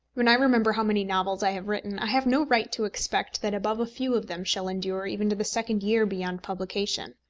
when i remember how many novels i have written, i have no right to expect that above a few of them shall endure even to the second year beyond publication.